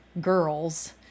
girls